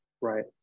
right